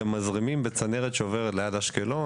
מזרימים את הנפט בצנרת שעוברת ליד אשקלון,